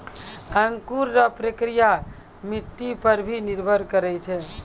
अंकुर रो प्रक्रिया मट्टी पर भी निर्भर करै छै